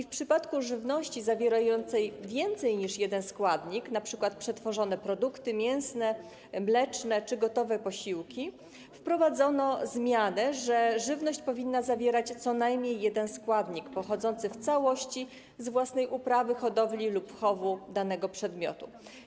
W przypadku żywności zawierającej więcej niż jeden składnik - np. przetworzone produkty mięsne, mleczne czy gotowe posiłki - wprowadzono zmianę, że żywność powinna zawierać co najmniej jeden składnik pochodzący w całości z własnej uprawy, hodowli lub chowu danego podmiotu.